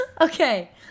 okay